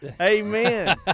Amen